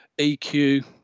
EQ